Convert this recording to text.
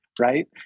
right